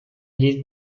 gli